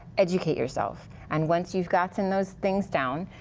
educate yourself. and once you've gotten those things down,